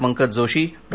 Pankaj Joshi Dr